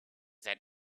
that